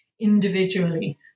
individually